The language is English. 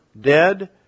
dead